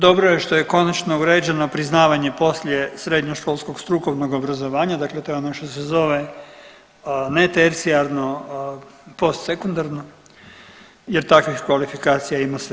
Dobro je što je konačno uređeno priznavanje poslije srednjoškolskog strukovnog obrazovanja, dakle to je ono što se zove netercijarno postsekundarno, jer takvih kvalifikacija ima sve